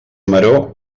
maror